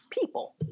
people